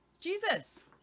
Jesus